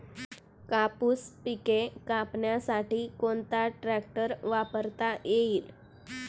कापूस पिके कापण्यासाठी कोणता ट्रॅक्टर वापरता येईल?